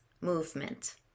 movement